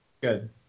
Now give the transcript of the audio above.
Good